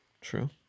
true